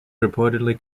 reportedly